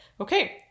okay